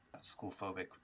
school-phobic